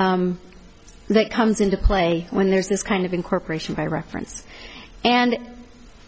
that comes into play when there's this kind of incorporation by reference and